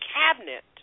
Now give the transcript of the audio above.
cabinet